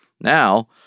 Now